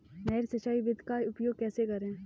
नहर सिंचाई विधि का उपयोग कैसे करें?